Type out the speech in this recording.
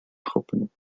truppen